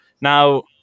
Now